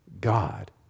God